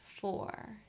four